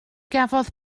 gafodd